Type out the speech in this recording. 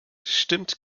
stimmt